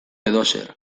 edozer